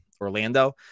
Orlando